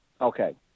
Okay